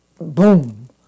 boom